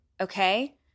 okay